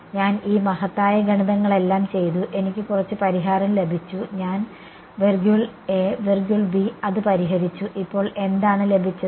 ഞാൻ ഈ മഹത്തായ ഗണിതങ്ങളെല്ലാം ചെയ്തു എനിക്ക് കുറച്ച് പരിഹാരം ലഭിച്ചു ഞാൻ അത് പരിഹരിച്ചു ഇപ്പോൾ എന്താണ് ലഭിച്ചത്